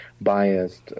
biased